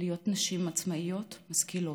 להיות נשים עצמאיות ומשכילות.